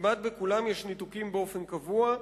כמעט בכולם יש ניתוקים באופן קבוע.